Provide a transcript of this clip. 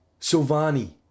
silvani